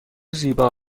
زیبا